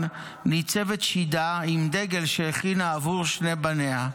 ניצבת שידה עם דגל שהכינה עבור שני בניה,